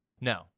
no